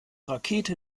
rakete